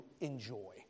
enjoy